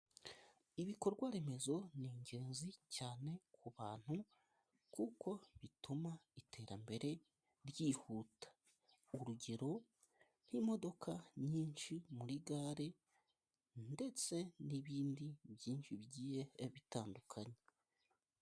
Ibikorwa remezo ni ingenzi cyane ku bantu, kuko bituma iterambere ryihuta. Urugero nk'imodoka nyinshi muri gare, ndetse n'ibindi byinshi bigiye bitandukanye.